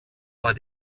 war